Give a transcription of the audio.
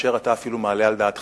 מאשר אתה אפילו מעלה על דעתך,